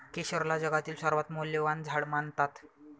केशरला जगातील सर्वात मौल्यवान झाड मानतात